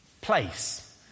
place